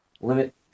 limit